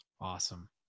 Awesome